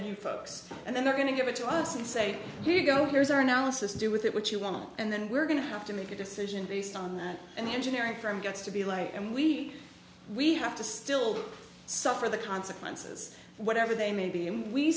new folks and then they're going to give it to us and say here you go here's our analysis to do with it what you want and then we're going to have to make a decision based on that and the engineering firm gets to be like and we we have to still suffer the consequences whatever they may be